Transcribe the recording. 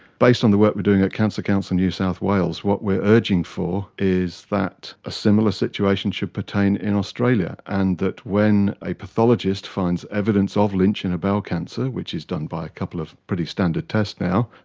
based on the work we're doing at cancer council new south wales, what we're urging for is that a similar situation should pertain in australia, and that when a pathologist finds evidence of lynch in a bowel cancer, which is done by a couple of pretty standard tests now,